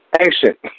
ancient